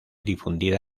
difundida